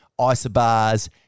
isobars